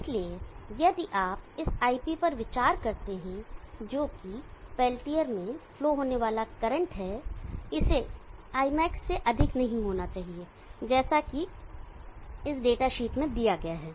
इसलिए यदि आप इस Ip पर विचार करते हैं जो कि पेल्टियर में फ्लो होने वाला करंट है इसे Ima से अधिक नहीं होना चाहिए जैसा कि इस डेटा शीट में दिया गया है